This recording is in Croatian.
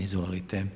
Izvolite.